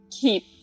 keep